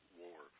war